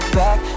back